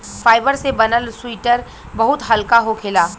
fibre से बनल sweater बहुत हल्का होखेला